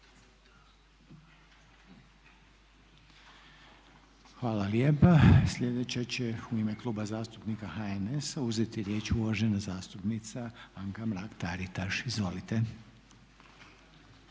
Hvala lijepa. Sljedeća će u ime Kluba zastupnika HNS-a uzeti riječ uvažena zastupnica Anka Mrak Taritaš, izvolite.